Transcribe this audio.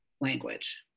language